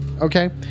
Okay